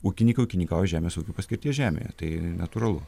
ūkininkai ūkininkauja žemės ūkio paskirties žemėje tai natūralu